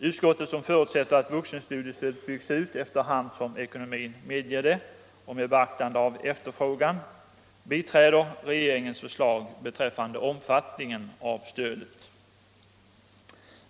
Utskottet, som förutsätter att vuxenstudiestödet byggs ut efter hand som ekonomin medger det och med beaktande av efterfrågan, biträder regeringens förslag beträffande omfattningen av stödet.